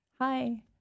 Hi